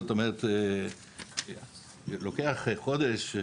זאת אומרת לוקח חודש,